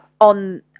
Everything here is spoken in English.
on